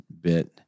bit